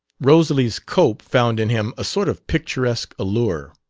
rosalys cope found in him a sort of picturesque allure.